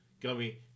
Gummy